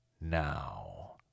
now